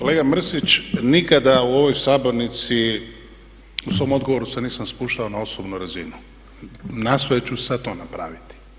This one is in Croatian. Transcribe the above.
Kolega Mrsić nikada u ovoj sabornici u svom odgovoru se nisam spuštao na osobnu razinu, nastojat ću sad to napraviti.